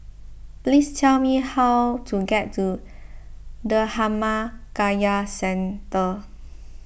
please tell me how to get to Dhammakaya Centre